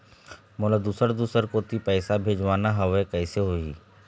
मोला दुसर दूसर कोती पैसा भेजवाना हवे, कइसे होही?